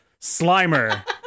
Slimer